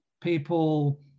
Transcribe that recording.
people